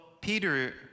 Peter